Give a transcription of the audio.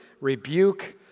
rebuke